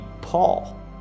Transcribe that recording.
Paul